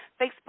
Facebook